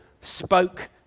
spoke